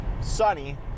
sunny